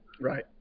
Right